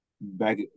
back